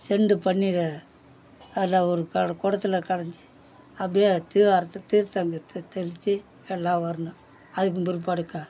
cent பன்னீரை அதில் ஒரு கட குடத்துல கடைஞ்சி அப்படியே திவார்த்தை தீர்த்தம் கீர்த்தம் தெளித்து எல்லாம் வரணும் அதுக்கும் பிற்பாடுக்கா